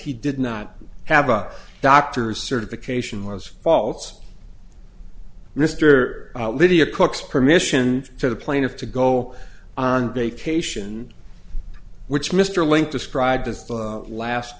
he did not have a doctor's certification was faults mr lydia cook's permission for the plaintiff to go on vacation which mr link described as the last